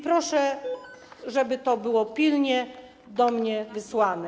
Proszę, żeby to było pilnie do mnie wysłane.